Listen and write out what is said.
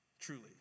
Truly